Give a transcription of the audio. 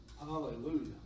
Hallelujah